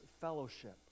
fellowship